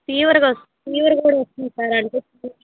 fever కొస్ fever కూడా వస్తుంది సార్ అంటే ఫీవర్